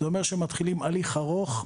זה אומר שמתחילים הליך ארוך,